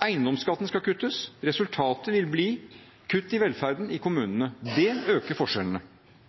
Eiendomsskatten skal kuttes. Resultatet vil bli kutt i velferden i kommunene. Det øker forskjellene.